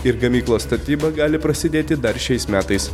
ir gamyklos statyba gali prasidėti dar šiais metais